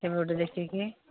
କେବେ ଗୋଟେ ଦେଖିକି